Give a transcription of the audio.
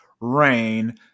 rain